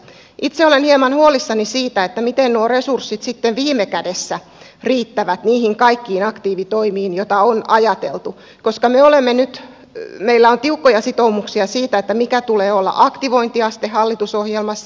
itse olen hieman huolissani siitä miten nuo resurssit sitten viime kädessä riittävät niihin kaikkiin aktiivitoimiin joita on ajateltu koska meillä on tiukkoja sitoumuksia siitä mikä tulee olla aktivointiaste hallitusohjelmassa